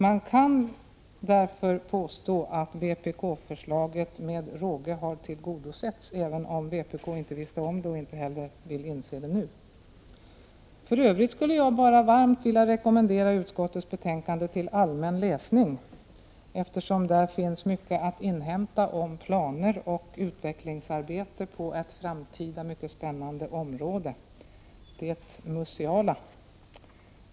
Man kan därför påstå att vpk-förslaget med råge har tillgodosetts, även om vpk inte visste om det och inte heller nu vill inse det. För övrigt vill jag varmt rekommendera utskottets betänkande till allmän läsning, eftersom det där finns mycket att inhämta om planer och utvecklingsarbete på ett framtida mycket spännande område, nämligen det museala.